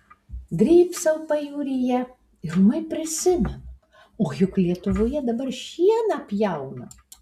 drybsau pajūryje ir ūmai prisimenu o juk lietuvoje dabar šieną pjauna